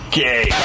gay